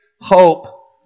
hope